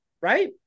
right